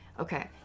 Okay